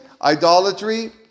Idolatry